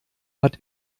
hat